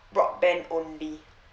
broadband only